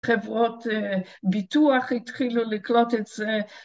חברות ביטוח התחילו לקלוט את זה.